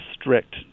strict